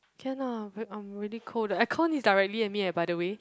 can lah very I'm really cold the aircon is directly at me eh by the way